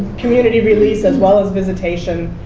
community release, as well as visitation,